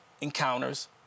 encounters